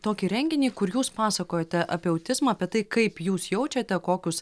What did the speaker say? tokį renginį kur jūs pasakojote apie autizmą apie tai kaip jūs jaučiate kokius